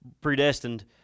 predestined